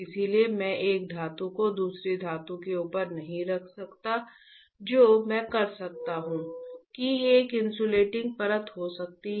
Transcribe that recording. इसलिए मैं एक धातु को दूसरी धातु के ऊपर नहीं रख सकता जो मैं कर सकता हूं कि एक इन्सुलेट परत हो सकती है